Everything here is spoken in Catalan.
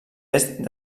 est